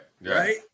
right